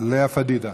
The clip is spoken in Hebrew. לאה פדידה,